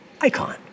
icon